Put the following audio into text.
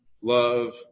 love